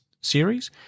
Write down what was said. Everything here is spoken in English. series